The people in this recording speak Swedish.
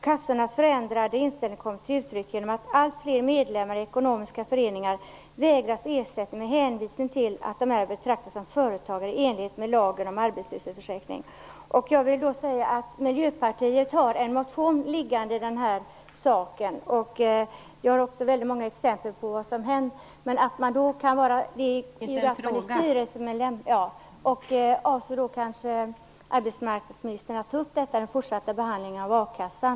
Kassornas förändrade inställning kommer till uttryck genom att alltfler medlemmar i ekonomiska föreningar vägras ersättning med hänvisning till att de betraktas som företagare i enlighet med lagen om arbetslöshetsförsäkring. Miljöpartiet har en motion liggande i den här frågan. Vi har också många exempel på saker som hänt. Avser arbetsmarknadsministern att ta upp detta i samband med den fortsatta behandlingen av a-kassan?